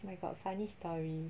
I got funny story